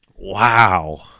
Wow